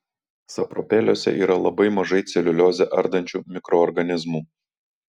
sapropeliuose yra labai mažai celiuliozę ardančių mikroorganizmų